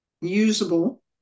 usable